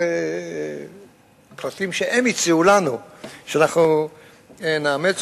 פרטים שהם הציעו לנו שאנחנו נאמץ.